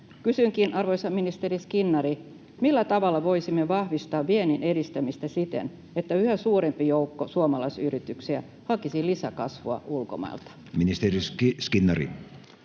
Kysynkin, arvoisa ministeri Skinnari: millä tavalla voisimme vahvistaa vienninedistämistä siten, että yhä suurempi joukko suomalaisyrityksiä hakisi lisäkasvua ulkomailta? Ministeri Skinnari.